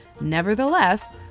Nevertheless